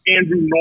Andrew